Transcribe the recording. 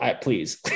Please